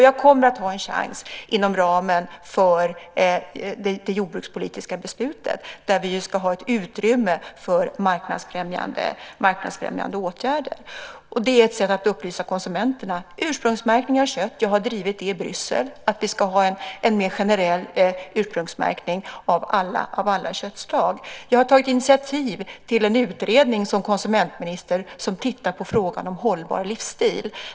Jag kommer att ha en chans inom ramen för det jordbrukspolitiska beslutet, där vi ju ska ha ett utrymme för marknadsfrämjande åtgärder. Det är ett sätt att upplysa konsumenterna. Jag har i Bryssel drivit frågan om att vi ska ha en mer generell ursprungsmärkning av alla köttslag. Jag har som konsumentminister tagit initiativ till en utredning som tittar på frågan om hållbar livsstil.